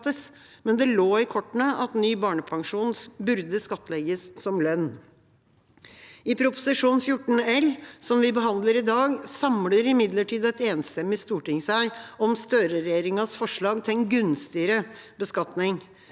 men det lå i kortene at ny barnepensjon burde skattlegges som lønn. I Prop. 14 L, som vi behandler i dag, samler imidlertid et enstemmig storting seg om Støre-regjeringas forslag til en gunstigere beskatning.